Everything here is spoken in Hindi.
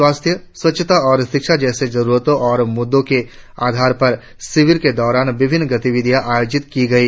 स्वास्थ्य स्वच्छता और शिक्षा जैसे जरुरतों और मुद्दो के आधार पर शिविर के दौरान विभिन्न गतिविधियां आयोजित की गई